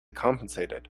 compensated